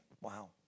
Wow